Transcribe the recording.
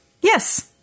yes